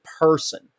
person